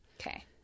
Okay